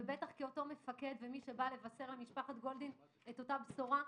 ובטח כהיותו מפקד ומי שבא לבשר למשפחת גולדין את אותה בשורה,